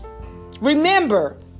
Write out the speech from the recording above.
Remember